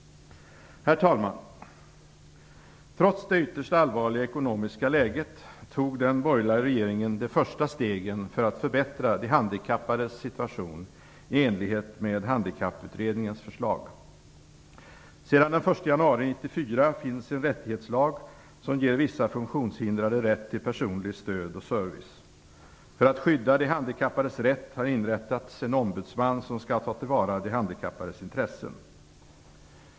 Herr talman! Trots det ytterst allvarliga ekonomiska läget tog den borgerliga regeringen de första stegen för att förbättra de handikappades situation i enlighet med Handikapputredningens förslag. Sedan den 1 januari 1994 finns en rättighetslag som ger vissa funktionshindrade rätt till personligt stöd och personlig service. För att skydda de handikappades rätt har det inrättats en ombudsman som skall ta till vara de handikappades intressen.